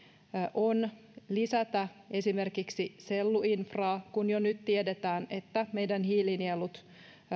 on lisätä esimerkiksi selluinfraa kun jo nyt tiedetään että meidän hiilinielut